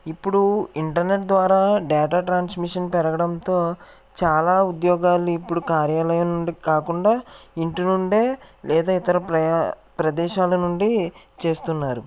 ఇప్పుడు ఇంటర్నెట్ ద్వారా data transmission పెరగడంతో చాలా ఉద్యోగాలు ఇప్పుడు కార్యాలయం నుండి కాకుండా ఇంటి నుండే లేదా ఇతర ప్ర ప్రదేశాల నుండి చేస్తున్నారు